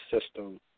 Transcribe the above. system